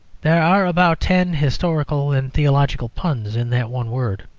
there are about ten historical and theological puns in that one word.